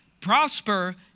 prosper